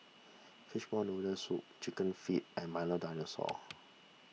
Fishball Noodle Soup Chicken Feet and Milo Dinosaur